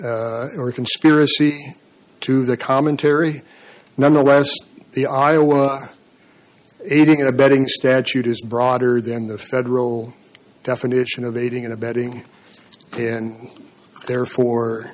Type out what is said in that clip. abet or conspiracy to the commentary nonetheless the iowa aiding and abetting statute is broader than the federal definition of aiding and abetting and therefore